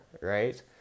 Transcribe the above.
right